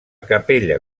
capella